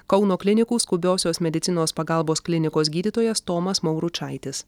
kauno klinikų skubiosios medicinos pagalbos klinikos gydytojas tomas mauručaitis